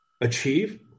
achieve